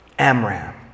Amram